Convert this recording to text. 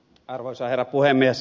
arvoisa herra puhemies